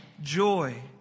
joy